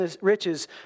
riches